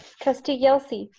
trustee yelsey.